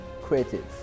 creative